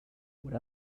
what